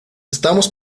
estamos